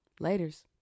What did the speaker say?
Laters